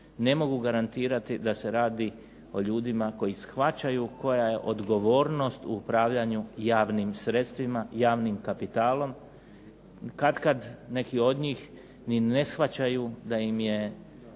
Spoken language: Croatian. ne mogu garantirati da se radi o ljudima koji shvaćaju koja je odgovornost u upravljanju javnim sredstvima, javnim kapitalom. Katkad neki od njih ni ne shvaćaju da im je